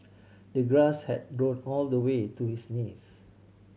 the grass had grown all the way to his knees